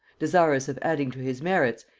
desirous of adding to his merits,